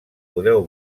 podeu